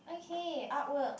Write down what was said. okay art work